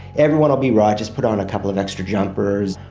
everyone will be right, just put on a couple of extra jumpers',